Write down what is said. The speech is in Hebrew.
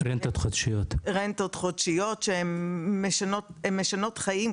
רנטות חודשיות, שהן משנות חיים.